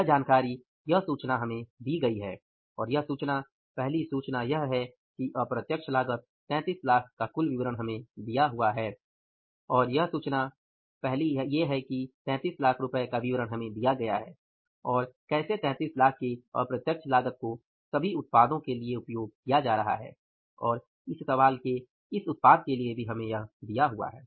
यह सूचना हमें दी गई है और यह सूचना पहली सूचना यह है कि अप्रत्यक्ष लागत 3300000 का कुल विवरण हमें दिया हुआ है और कैसे 3300000 के अप्रत्यक्ष लागत को सभी उत्पादों के लिए उपयोग किया जा रहा है और इस सवाल के इस उत्पाद के लिए भी हमें दिया हुआ है